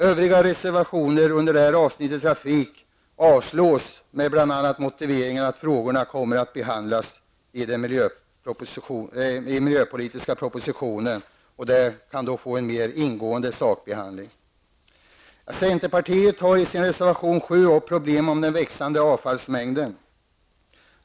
Övriga reservationer under avsnittet trafik avstyrks med bl.a. motiveringen att frågorna kommer att behandlas i den miljöpolitiska propositionen och får en mer ingående sakbehandling. Centerpartiet tar i sin reservation 7 upp problemen med de växande avfallsmängderna.